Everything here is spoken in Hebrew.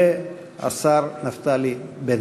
והשר נפתלי בנט.